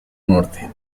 norte